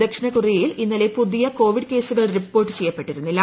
ദക്ഷിണ കൊറിയയിൽ ഇന്നലെ പുതിയ ക്ടോവീഷ് കേസുകൾ റിപ്പോർട്ട് ചെയ്യപ്പെട്ടിരുന്നില്ല